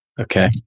Okay